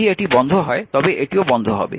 যদি এটি বন্ধ হয় তবে এটিও বন্ধ হবে